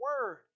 Word